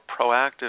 proactive